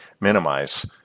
minimize